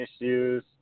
issues